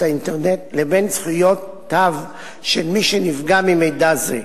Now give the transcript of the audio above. האינטרנט לבין זכויותיו של מי שנפגע ממידע זה.